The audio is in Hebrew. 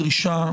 דרישה,